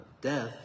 death